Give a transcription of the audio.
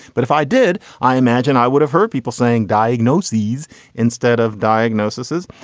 but if i did, i imagine i would have heard people saying diagnoses instead of diagnosis is.